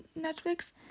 Netflix